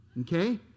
Okay